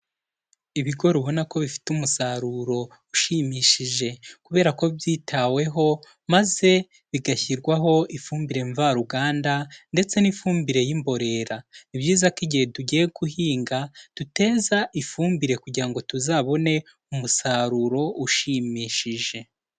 Ibigori ubona ko bifite umusaruro ushimishije kubera ko byitaweho, maze bigashyirwaho ifumbire mvaruganda ndetse n'ifumbire y'imborera; ni byiza ko igihe tugiye guhinga duteza ifumbire kugira ngo tuzabone umusaruro ushimishije.